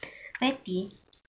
patty